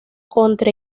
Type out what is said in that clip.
contra